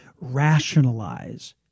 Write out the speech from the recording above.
rationalize